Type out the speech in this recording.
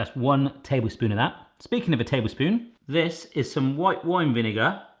ah one tablespoon of that. speaking of a tablespoon, this is some white wine vinegar.